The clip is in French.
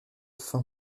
fin